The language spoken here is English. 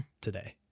today